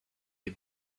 est